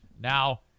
Now